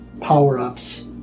power-ups